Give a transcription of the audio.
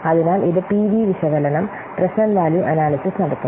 അതിനാൽ ഇത് പിവി വിശകലനം പ്രേസേന്റ്റ് വാല്യൂ അനാല്യ്സിസ് നടത്തും